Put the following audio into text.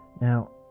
Now